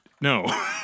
No